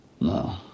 no